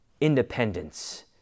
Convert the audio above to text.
independence